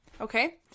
okay